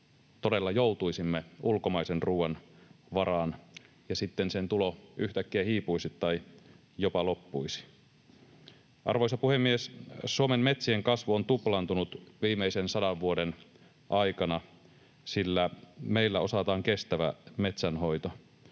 todella joutuisimme ulkomaisen ruoan varaan ja sitten sen tulo yhtäkkiä hiipuisi tai jopa loppuisi? Arvoisa puhemies! Suomen metsien kasvu on tuplaantunut viimeisen sadan vuoden aikana, sillä meillä osataan kestävä metsänhoito.